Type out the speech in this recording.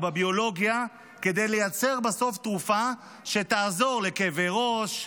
בביולוגיה כדי לייצר בסוף תרופה שתעזור לכאבי ראש,